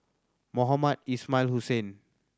Mohamed Ismail Hussain